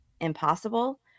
impossible